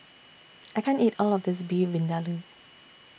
I can't eat All of This Beef Vindaloo